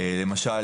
למשל,